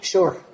Sure